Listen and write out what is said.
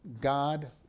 god